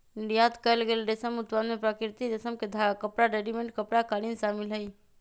निर्यात कएल गेल रेशम उत्पाद में प्राकृतिक रेशम के धागा, कपड़ा, रेडीमेड कपड़ा, कालीन शामिल हई